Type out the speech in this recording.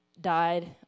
died